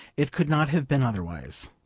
it could not have been otherwise.